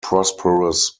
prosperous